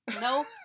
No